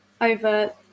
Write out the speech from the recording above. over